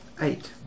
Eight